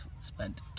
spent